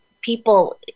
people